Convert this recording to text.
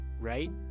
right